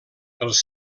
els